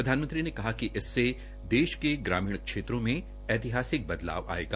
प्रधानमंत्री ने कहा कि इससे देश के ग्रामीण क्षेत्रो में ऐतिहासिक बदलाव आयेगा